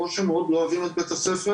או שמאוד לא אוהבים את בית הספר,